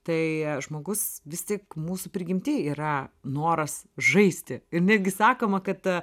tai žmogus vis tik mūsų prigimtyj yra noras žaisti ir netgi sakoma kad